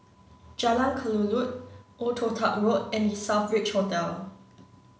Jalan Kelulut Old Toh Tuck Road and The Southbridge Hotel